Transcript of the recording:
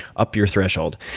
up your threshold.